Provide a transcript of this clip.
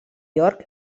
york